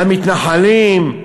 למתנחלים,